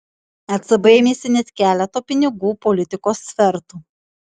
ecb ėmėsi net keleto pinigų politikos svertų